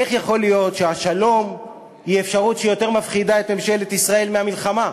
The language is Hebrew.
איך יכול להיות שהשלום הוא אפשרות שמפחידה את ממשלת ישראל יותר מהמלחמה,